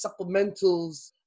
supplementals